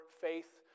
faith